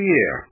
Year